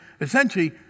essentially